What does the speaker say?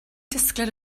disgled